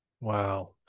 Wow